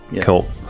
Cool